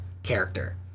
character